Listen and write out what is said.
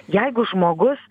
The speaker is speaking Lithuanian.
jeigu žmogus